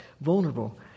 vulnerable